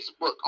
Facebook